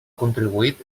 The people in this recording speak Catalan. contribuït